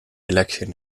election